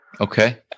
Okay